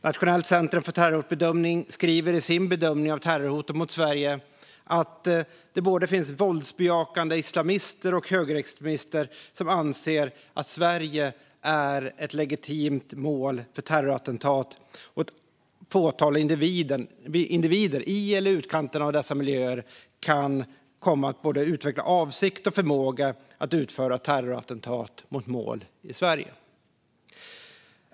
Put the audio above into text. Nationellt centrum för terrorhotbedömning skriver i sin bedömning av terrorhotet mot Sverige att det finns både våldsbejakande islamister och högerextremister som anser att Sverige är ett legitimt mål för terrorattentat och att ett fåtal individer i eller i utkanten av dessa miljöer kan komma att utveckla både avsikt och förmåga att utföra terrorattentat mot mål i Sverige.